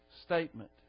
statement